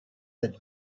that